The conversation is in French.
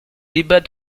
débat